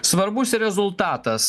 svarbus rezultatas